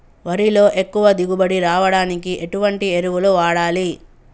వరిలో ఎక్కువ దిగుబడి రావడానికి ఎటువంటి ఎరువులు వాడాలి?